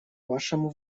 вашему